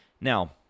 Now